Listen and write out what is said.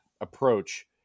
approach